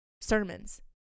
sermons